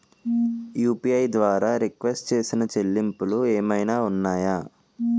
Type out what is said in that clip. UPI ద్వారా restrict చేసిన చెల్లింపులు ఏమైనా ఉన్నాయా?